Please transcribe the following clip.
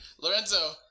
Lorenzo